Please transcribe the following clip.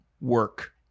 work